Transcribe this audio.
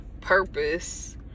purpose